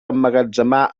emmagatzemar